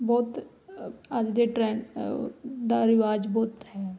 ਬਹੁਤ ਅੱਜ ਦੇ ਟਰੈਂਡ ਦਾ ਰਿਵਾਜ ਬਹੁਤ ਹੈ